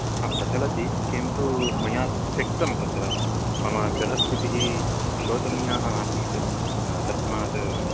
हा प्रचलति किन्तु मया त्यक्तं तत्र मम गृहस्थितिः शोचनीयाः आसीत् तस्मात्